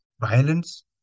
violence